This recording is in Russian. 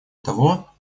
того